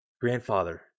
Grandfather